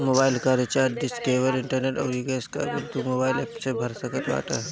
mobile कअ recharge, dish, cable, internet अउरी gas कअ बिल तू मोबाइल एप्प से भर सकत बाटअ